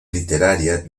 literaria